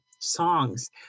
songs